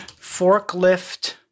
forklift